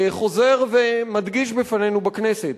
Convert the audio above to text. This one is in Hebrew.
חוזר ומדגיש בפנינו בכנסת.